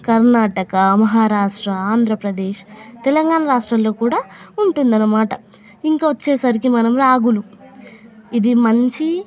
కర్ణాటక మహారాష్ట్ర ఆంధ్రప్రదేశ్ తెలంగాణ రాష్ట్రంలో కూడా ఉంటుంది అన్నమాట ఇంకా వచ్చేసరికి మనం రాగులు ఇది మంచి